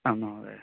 आं महोदय